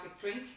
drink